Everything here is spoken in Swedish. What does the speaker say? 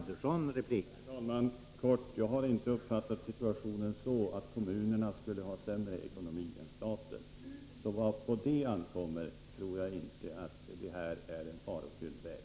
Herr talman! Jag har inte uppfattat situationen så att kommunerna skulle ha sämre ekonomi än staten. I vad på det ankommer tror jag inte att detta är en farofylld väg.